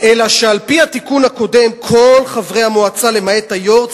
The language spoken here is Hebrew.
אלא שעל-פי התיקון הקודם כל חברי המועצה למעט היושב-ראש